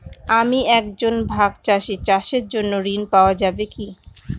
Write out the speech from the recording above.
আমি একজন ভাগ চাষি চাষের জন্য ঋণ পাওয়া যাবে কি?